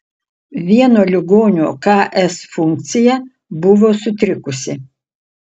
vieno ligonio ks funkcija buvo sutrikusi